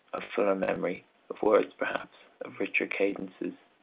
of fuller memory of words perhaps, of richer cadences,